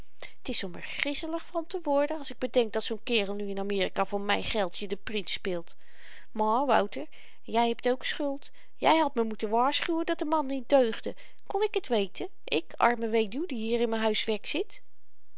t is om r griezelig van te worden als ik bedenk dat zoo'n kerel nu in amerika van myn geldje den prins speelt maar wouter jy hebt ook schuld jy had me moeten waarschuwen dat de man niet deugde kon ik t weten ik arme weduw die hier in m'n huiswerk zit